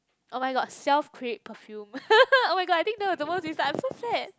oh-my-god self create perfume oh-my-god I think that was the most I'm so sad